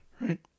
right